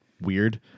weird